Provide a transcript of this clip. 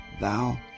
Thou